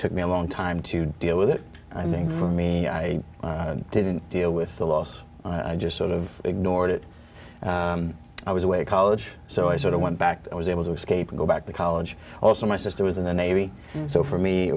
took me a long time to deal with it i mean for me i didn't deal with the loss i just sort of ignored it i was away at college so i sort of went back to i was able to escape go back to college also my sister was in the navy so for me